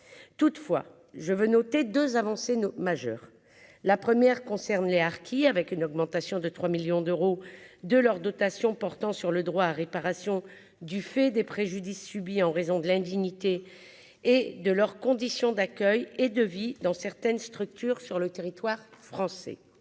toutefois je veux noter 2 avancée majeure : la première concerne les Harkis, avec une augmentation de 3 millions d'euros de leur dotation portant sur le droit à réparation du fait des préjudices subis en raison de l'indignité et de leurs conditions d'accueil et de vie dans certaines structures sur le territoire français,